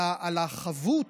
על החבות,